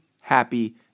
happy